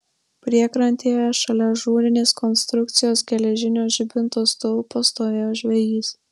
priekrantėje šalia ažūrinės konstrukcijos geležinio žibinto stulpo stovėjo žvejys